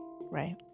right